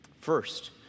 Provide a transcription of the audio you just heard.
First